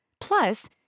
Plus